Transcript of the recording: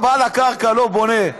בעל הקרקע לא בונה,